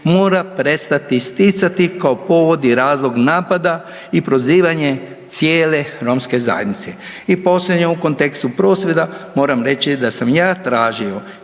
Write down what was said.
mora prestati isticati kao povod i razlog napada i prozivanje cijele romske zajednice. I posljednje u kontekstu prosvjeda moram reći da sam ja tražio